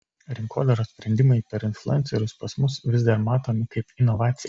rinkodaros sprendimai per influencerius pas mus vis dar matomi kaip inovacija